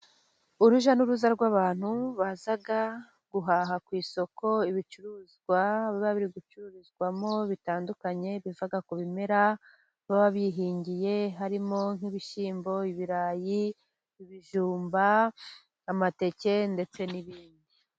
Urujya n'uruza rw'abantu baza guhaha ku isoko ibicuruzwa biba biri gucururizwamo bitandukanye, biva ku bimera baba bihingiye harimo nk'ibishyimbo, ibirayi, ibijumba ,amateke ndetse n'ibindi.